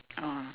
oh